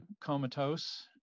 comatose